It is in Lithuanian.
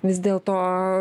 vis dėl to